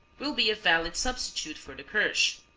will be a valid substitute for the kirsch.